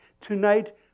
Tonight